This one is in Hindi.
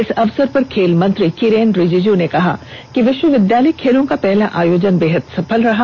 इस अवसर पर खेल मंत्री किरेन रिजिजू ने कहा कि विश्वविद्यालय खेलों का पहला आयोजन बेहद सफल रहा